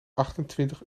achtentwintig